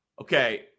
Okay